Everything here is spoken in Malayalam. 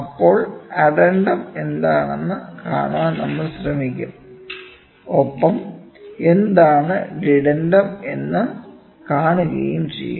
അപ്പോൾ അഡെൻഡം എന്താണെന്ന് കാണാൻ നമ്മൾ ശ്രമിക്കും ഒപ്പം എന്താണ് ഡെഡെൻഡം എന്ന് കാണുകയും ചെയ്യും